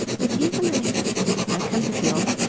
but even, ah i've come to feel,